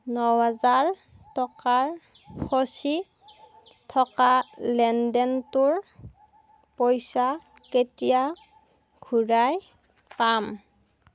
ন হাজাৰ টকাৰ ফচি থকা লেনদেনটোৰ পইচা কেতিয়া ঘূৰাই পাম